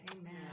Amen